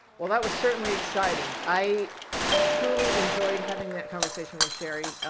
well that was certainly exciting. i truly enjoyed having that conversation with sherry.